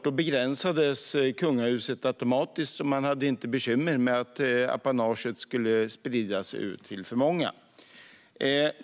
Då begränsades kungahuset automatiskt, och man hade inte bekymmer med att apanaget skulle spridas ut till för många.